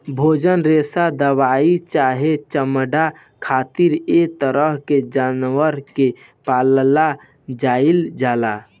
भोजन, रेशा दवाई चाहे चमड़ा खातिर ऐ तरह के जानवर के पालल जाइल जाला